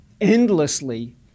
endlessly